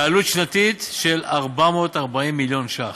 בעלות שנתית של 440 מיליון ש"ח.